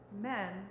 men